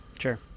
Sure